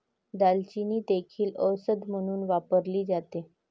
दालचिनी देखील औषध म्हणून वापरली जाते